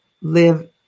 live